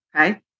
okay